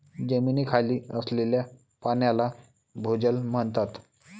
जमिनीखाली असलेल्या पाण्याला भोजल म्हणतात